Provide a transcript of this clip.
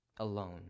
alone